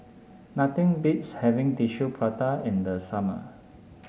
nothing beats having Tissue Prata in the summer